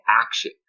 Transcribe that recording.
action